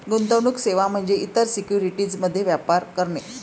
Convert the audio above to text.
गुंतवणूक सेवा म्हणजे इतर सिक्युरिटीज मध्ये व्यापार करणे